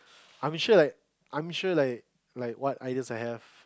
I'm sure like I'm sure like like what ideas I have